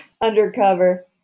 undercover